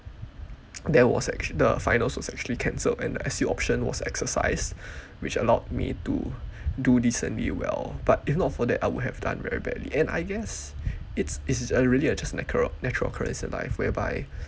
there was actually the finals was actually cancelled and the S_C option was exercised which allowed me to do this and be well but if not for that I would have done very badly and I guess it's it is really just occur natural occurrence in life whereby